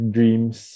Dreams